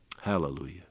Hallelujah